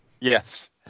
Yes